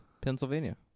Pennsylvania